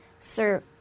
Sir